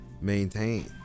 maintain